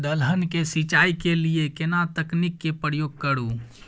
दलहन के सिंचाई के लिए केना तकनीक के प्रयोग करू?